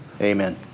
Amen